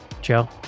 Joe